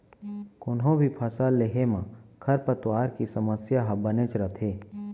कोनों भी फसल लेहे म खरपतवार के समस्या ह बनेच रथे